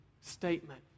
statement